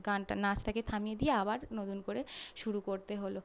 গানটা নাচটাকে থামিয়ে দিয়ে আবার নতুন করে শুরু করতে হল